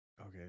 okay